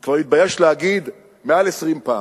אני כבר מתבייש להגיד, מעל 20 פעם,